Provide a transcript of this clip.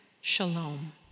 shalom